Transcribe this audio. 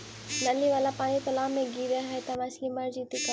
नली वाला पानी तालाव मे गिरे है त मछली मर जितै का?